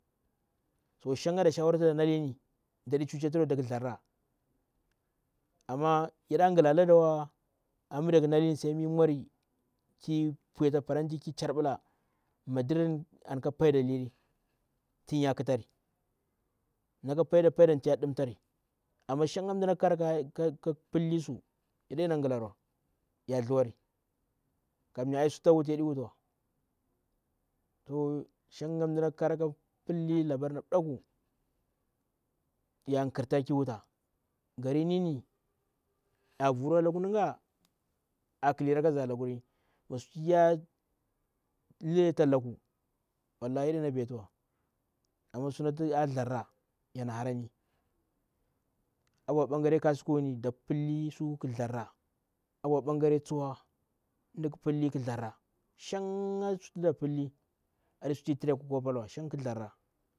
So shanga da shawara tu da nalini daɗi chuchetirawa dak tdzjarra. Amma yaɗa nghilaladawa, amma mi da knali sai mittra ki puiyata paranti ki charabla madri an ka paida liri tin ya ktari naka paida paida tinya ɗimtar amma shanga mɗa kara ka pillisu yaɗena ghilarwa ya thɗzuwari kammya sutu ta wuta yaɗi wutiwa. Mda na kkara kapilli labar na mpbaku yakhirtar ki wuta. karinmi a kilplara kaza laku ngngha amsutiya leta laku wallahi yade tambaya. Amma suna tu a thizrara yana harani ambwa palgerent tsu hog ktheyarm. Shanga suti da pilli yaɗi wa, khi thzdjarna!